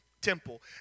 temple